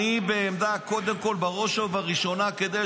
אני בעמדה קודם כול בראש ובראשונה שזה כדי